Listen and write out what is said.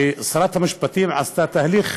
ששרת המשפטים עשתה תהליך,